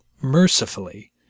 Mercifully